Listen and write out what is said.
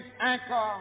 anchor